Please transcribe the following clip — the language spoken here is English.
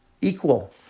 equal